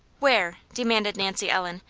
where? demanded nancy ellen,